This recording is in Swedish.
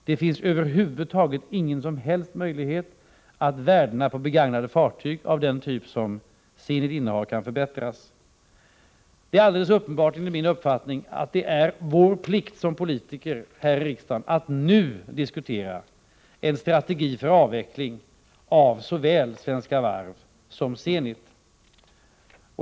Det finns över huvud taget ingen möjlighet att värdena på begagnade fartyg av den typ som Zenit innehar kan förbättras. Det är alldeles uppenbart, enligt min uppfattning, att det är vår plikt som politiker här i riksdagen att nu diskutera en strategi för avveckling av såväl Svenska Varv som Zenit.